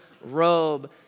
robe